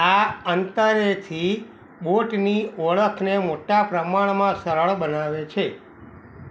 આ અંતરેથી બોટની ઓળખને મોટા પ્રમાણમાં સરળ બનાવે છે